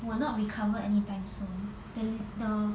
will not recover anytime soon then the